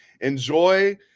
Enjoy